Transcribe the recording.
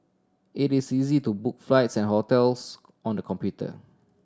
it is easy to book flights and hotels on the computer